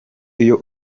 iyo